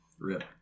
Rip